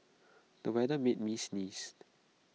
the weather made me sneeze